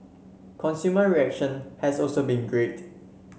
consumer reaction has also been great